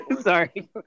sorry